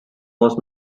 was